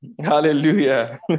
hallelujah